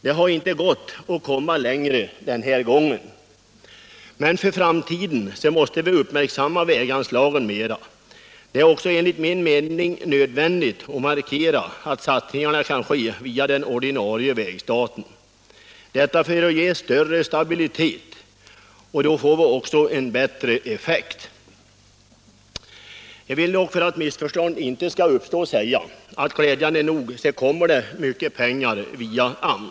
Man har inte kunnat gå längre den här gången, men för framtiden måste vi uppmärksamma väganslagen mer. Det är också enligt min mening nödvändigt att markera att satsningarna skall ske via den ordinarie vägstaten, detta för att ge större stabilitet och bättre effekt. För att inte missförstånd skall uppstå vill jag också säga att det glädjande nog kommer mycket pengar via AMS.